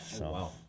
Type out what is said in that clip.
wow